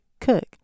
cook